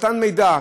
מתן מידע.